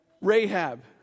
Rahab